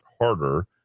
harder